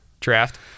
Draft